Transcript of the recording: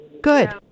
Good